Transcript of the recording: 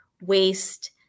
waste